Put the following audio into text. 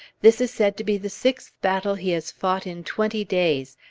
this is said to be the sixth battle he has fought in twenty days,